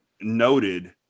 noted